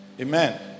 Amen